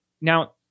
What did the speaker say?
Now